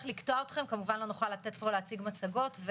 כמובן לא נוכל לתת להציג מצגות,